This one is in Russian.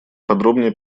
подробнее